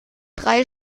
drei